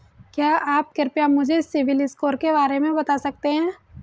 क्या आप कृपया मुझे सिबिल स्कोर के बारे में बता सकते हैं?